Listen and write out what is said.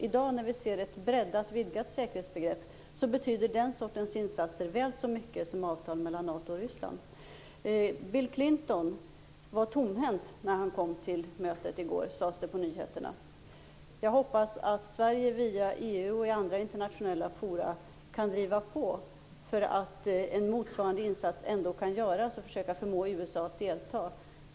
I dag när vi ser ett vidgat säkerhetsbegrepp betyder den sortens insatser väl så mycket som avtal mellan Det sades på nyheterna att Bill Clinton kom tomhänt till mötet i går. Jag hoppas att Sverige via EU och i andra internationella forum kan driva på för att en motsvarande insats görs och för att förmå USA att delta.